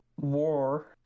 war